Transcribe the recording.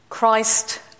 Christ